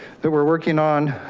that we're working on.